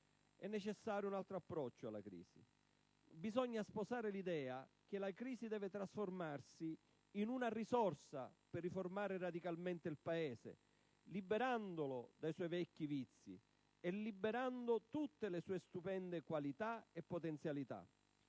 È necessario un altro approccio alla crisi. Bisogna sposare l'idea che la crisi deve trasformarsi in una risorsa per riformare radicalmente il Paese, liberandolo dai suoi vecchi vizi e liberando tutte le sue stupende qualità e potenzialità.